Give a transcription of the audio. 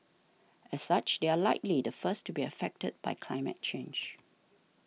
as such they are likely the first to be affected by climate change